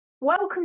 Welcome